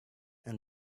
and